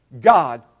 God